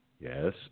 yes